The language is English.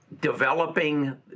developing